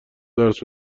درس